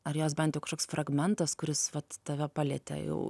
ar jos bent jau kažkoks fragmentas kuris vat tave palietė jau